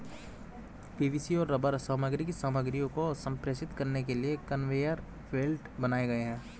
PVC और rubber सामग्री की सामग्रियों को संप्रेषित करने के लिए कन्वेयर बेल्ट बनाए गए हैं